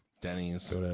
Denny's